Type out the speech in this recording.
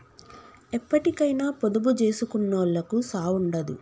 ఎప్పటికైనా పొదుపు జేసుకునోళ్లకు సావుండదు